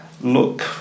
look